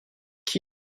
qui